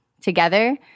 together